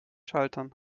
schaltern